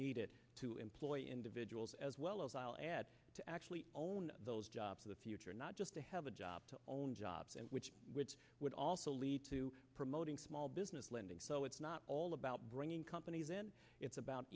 needed to employ individuals as well as i'll add to actually own those jobs of the future not just to have a job to own jobs and which which would also lead to promoting small business lending so it's not all about bringing companies in it's about